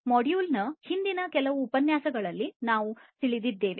ಈ ಮಾಡ್ಯೂಲ್ನ ಮುಂದಿನ ಕೆಲವು ಉಪನ್ಯಾಸಗಳಲ್ಲಿ ನಾವು ತಿಳಿಯಲಿದ್ದೇವೆ